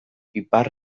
ipar